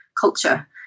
culture